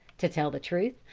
to tell the truth,